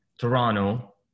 Toronto